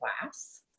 class